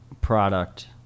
product